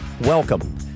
Welcome